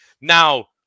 Now